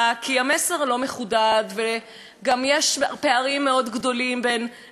וגם יש פערים מאוד גדולים בין נשים שרוצות לבוא ולשמור על המנהגים